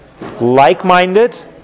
Like-minded